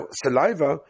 saliva